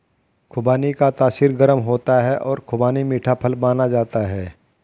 खुबानी का तासीर गर्म होता है और खुबानी मीठा फल माना जाता है